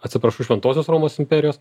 atsiprašau šventosios romos imperijos